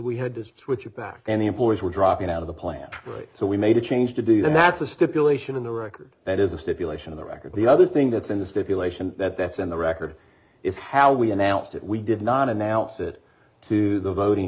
we had to switch it back and the employees were dropping out of the plan so we made a change to do it and that's a stipulation in the record that is a stipulation of the record the other thing that's in the stipulation that that's in the record is how we announced it we did not announce it to the voting